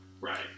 Right